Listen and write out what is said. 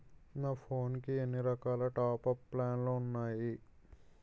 నా ఫోన్ కి ఎన్ని రకాల టాప్ అప్ ప్లాన్లు ఉన్నాయి?